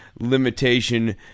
limitation